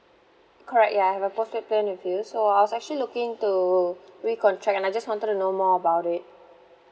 correct ya I have a postpaid plan with you so I was actually looking to recontract and I just wanted to know more about it